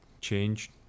change